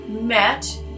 met